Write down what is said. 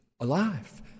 alive